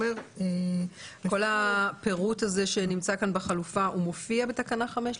כל הפירוט הזה שנמצא כאן בחלופה מופיע בתקנה 5?